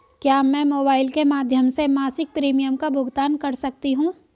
क्या मैं मोबाइल के माध्यम से मासिक प्रिमियम का भुगतान कर सकती हूँ?